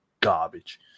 garbage